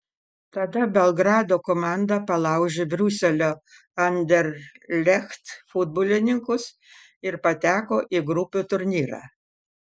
tada belgrado komanda palaužė briuselio anderlecht futbolininkus ir pateko į grupių turnyrą